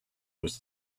was